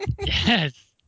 Yes